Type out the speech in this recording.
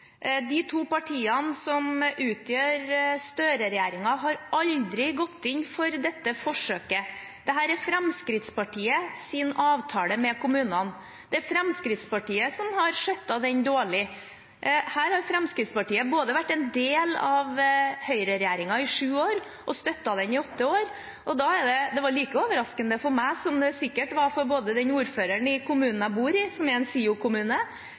De to partiene som utgjør Støre-regjeringen, har aldri gått inn for dette forsøket. Dette er Fremskrittspartiets avtale med kommunene. Det er Fremskrittspartiet som har skjøttet den dårlig. Her har Fremskrittspartiet både vært en del av høyreregjeringen i sju år og støttet den i åtte år. Det var like overraskende for meg som det sikkert var både for den ordføreren i kommunen jeg bor i, som er en